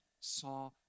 saw